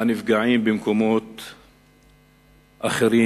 שנפגעים במקומות אחרים,